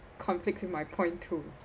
conflicts with my point two